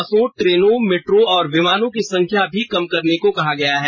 बसों ट्रेनों मेट्रो और विमानों की संख्या भी कम करने को कहा गया है